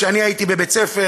כשאני הייתי בבית-ספר,